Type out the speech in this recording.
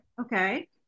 Okay